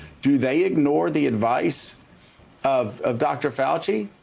do they ignore the advice of of dr. fauci?